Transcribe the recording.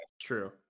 True